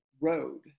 road